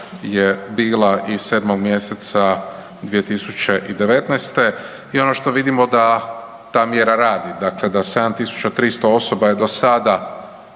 je bila iz 7. mj. 2019. i ono što vidimo da ta mjera radi, dakle da 7 399 osoba je do sada